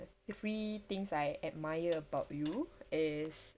three things I admire about you is